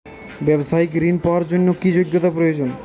ব্যবসায়িক ঋণ পাওয়ার জন্যে কি যোগ্যতা প্রয়োজন?